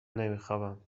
نمیخوابم